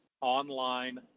online